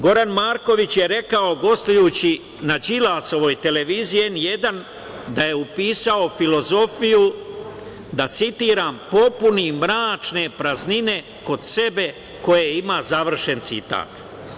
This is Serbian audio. Goran Marković je rekao, gostujući na Đilasovoj televiziji „N1“, da je upisao filozofiju, da citiram – popuni mračne praznine kod sebe koje ima, završen citat.